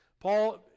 Paul